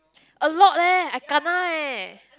a lot leh I kena eh